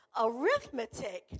arithmetic